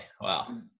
Wow